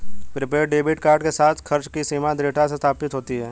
prepaid debit card के साथ, खर्च की सीमा दृढ़ता से स्थापित होती है